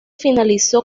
finalizó